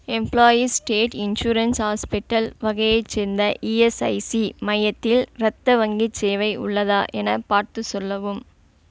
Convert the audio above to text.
employees state insurance hospital வகையைச் சேர்ந்த ESIC மையத்தில் இரத்த வங்கிச் சேவை உள்ளதா என பார்த்து சொல்லவும்